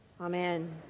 Amen